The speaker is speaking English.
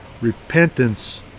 Repentance